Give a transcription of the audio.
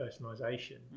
personalisation